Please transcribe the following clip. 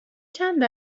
چند